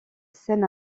seine